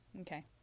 okay